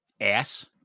ass